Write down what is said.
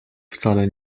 wcale